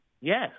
Yes